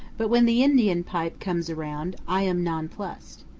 but when the indian pipe comes around, i am nonplused.